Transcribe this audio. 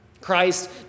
Christ